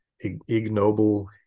ignoble